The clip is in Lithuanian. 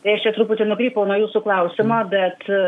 tai aš čia truputį nukrypau nuo jūsų klausimo bet